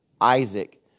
Isaac